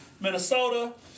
Minnesota